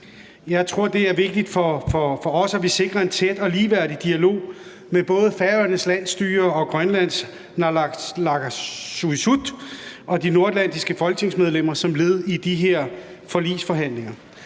Jeg tror, det er vigtigt for os, at vi sikrer en tæt og ligeværdig dialog med både Færøernes landsstyre, Grønlands naalakkersuisut og de nordatlantiske folketingsmedlemmer som led i de her forligsforhandlinger.